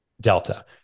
Delta